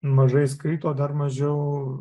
mažai skaito dar mažiau